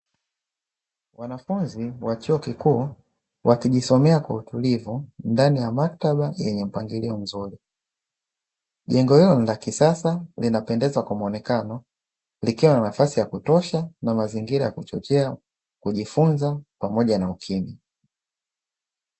Wanafunzi wa chuo kikuu wakijisomea kwa utulivu ndani ya maktaba yenye mpangilio mzuri, jengo hilo ni la kisasa linapendea kwa muonekano likiwa na nafasi ya kutosha, na mazingira ya kuchochea kujifunza pamoja na ukimya.